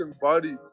body